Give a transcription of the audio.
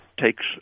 takes